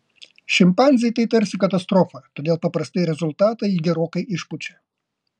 šimpanzei tai tarsi katastrofa todėl paprastai rezultatą ji gerokai išpučia